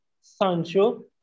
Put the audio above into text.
Sancho